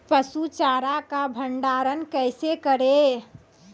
पसु चारा का भंडारण कैसे करें?